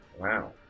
Wow